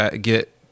get